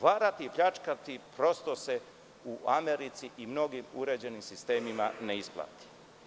Varati i pljačkati prosto se u Americi i mnogim uređenim sistemima ne isplati.